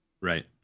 Right